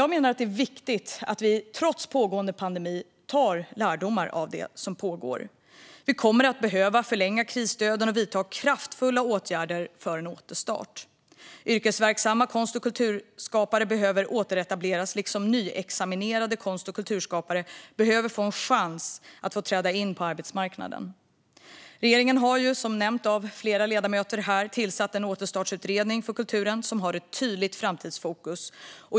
Jag menar att det är viktigt att vi trots pågående pandemi drar lärdomar av det som pågår. Vi kommer att behöva förlänga krisstöden och vidta kraftfulla åtgärder för en återstart. Yrkesverksamma konst och kulturskapare behöver återetableras, och nyexaminerade konst och kulturskapare behöver få en chans att få träda in på arbetsmarknaden. Regeringen har, som nämnts av flera ledamöter här, tillsatt en återstartsutredning för kulturen som har ett tydligt framtidsfokus.